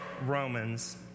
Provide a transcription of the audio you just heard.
Romans